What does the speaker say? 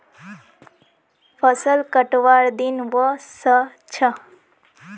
फसल कटवार दिन व स छ